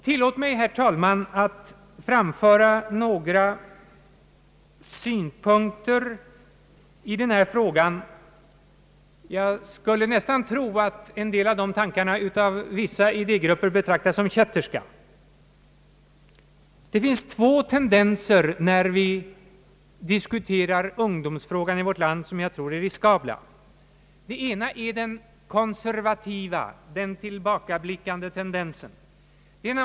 Tillåt mig, herr talman, att framföra några synpunkter i denna fråga! Jag skulle nästan tro att en del av dessa tankar av vissa idégrupper betraktas som kätterska. Det finns två tendenser när vi diskuterar ungdomsfrågan i vårt land som jag finner vara riskabla. Den ena är den konservativa, tillbakablickande tendensen.